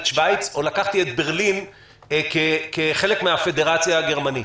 את שווייץ או לקחתי את ברלין כחלק מהפדרציה הגרמנית.